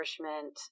nourishment